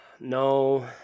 No